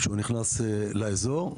שהוא נכנס לאזור.